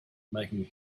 making